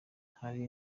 hari